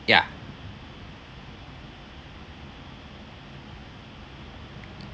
ya